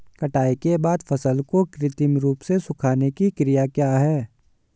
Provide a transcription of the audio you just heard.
कटाई के बाद फसल को कृत्रिम रूप से सुखाने की क्रिया क्या है?